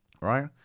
right